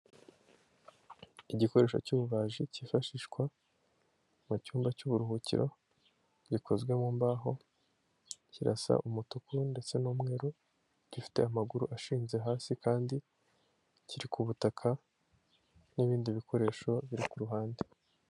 Igikoresho cy'ububaji cyifashishwa mu cyumba cy'uburuhukiro gikozwe mu mbaho kirasa umutuku ndetse n'umweru gifite amaguru ashinze hasi kandi kiri ku butaka n'ibindi bikoresho biri k'uruhande.